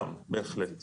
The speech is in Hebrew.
גם, בהחלט.